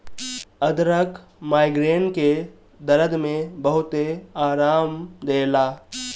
अदरक माइग्रेन के दरद में बहुते आराम देला